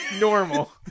normal